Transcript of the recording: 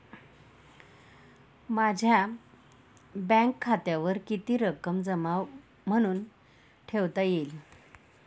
माझ्या बँक खात्यावर किती रक्कम जमा म्हणून ठेवता येईल?